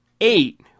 eight